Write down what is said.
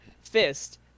fist